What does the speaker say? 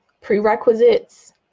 Prerequisites